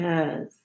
Yes